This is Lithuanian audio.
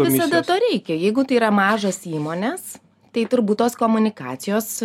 visada to reikia jeigu tai yra mažas įmonės tai turbūt tos komunikacijos